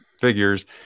figures